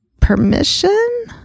permission